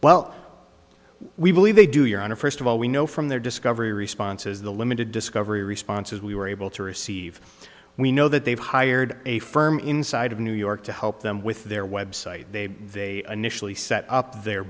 well we believe they do your honor first of all we know from their discovery responses the limited discovery responses we were able to receive we know that they've hired a firm inside of new york to help them with their website they they initially set up their